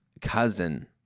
cousin